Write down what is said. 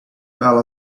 fell